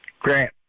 Grant